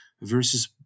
versus